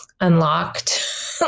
unlocked